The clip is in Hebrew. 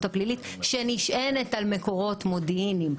הפלילית שנשענת על מקורות מודיעיניים.